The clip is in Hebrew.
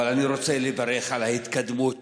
אבל אני רוצה לברך על ההתקדמות